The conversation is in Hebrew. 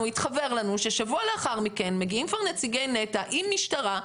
התחוור לנו ששבוע לאחר מכן מגיעים כבר נציגי נת"ע עם משטרה,